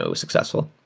so successful.